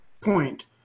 point